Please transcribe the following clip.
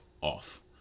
off